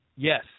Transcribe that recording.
Yes